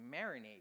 marinate